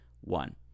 one